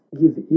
give